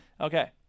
Okay